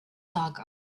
saga